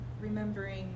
remembering